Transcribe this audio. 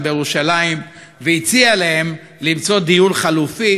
בירושלים והציעה להם למצוא דיור חלופי.